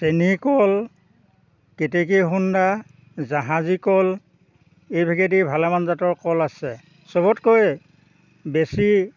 চেনী কল কেতেকীসোন্দা জাহাজী কল এইভাগেদি ভালেমান জাতৰ কল আছে চবতকৈয়ে বেছি